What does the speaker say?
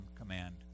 command